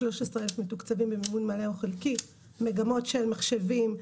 13,000 תוקצבו במימון מלא או חלקי במגמות של מחשבים,